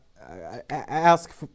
Ask